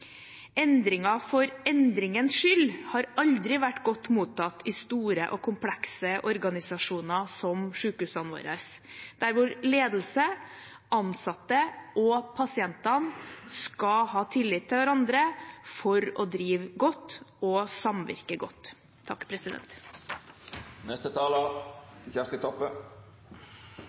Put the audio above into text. Endringer for endringens skyld har aldri vært godt mottatt i store og komplekse organisasjoner som sykehusene våre, der hvor ledelsen, de ansatte og pasientene skal ha tillit til hverandre for å drive godt og samvirke godt.